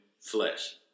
flesh